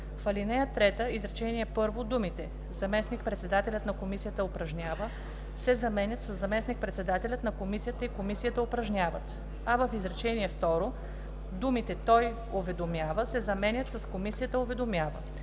В ал. 3, изречение първо думите „Заместник-председателят на комисията упражнява“ се заменят със „Заместник-председателят на комисията и комисията упражняват“, а в изречение второ думите „той уведомява“ се заменят с „комисията уведомява“.